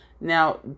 Now